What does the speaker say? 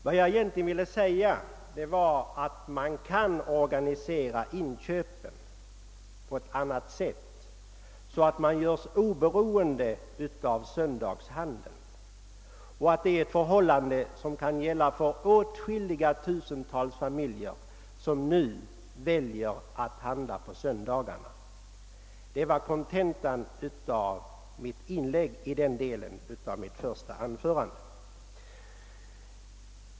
Vad jag ville säga var att konsumenterna kan organisera inköpen på annat sätt, så att man gör sig oberoende av söndagshandeln. Det kan gälla åtskilliga tusental familjer, som nu väljer att handla på söndagarna. Det var kontentan av mitt inlägg i den delen av mitt första anförande.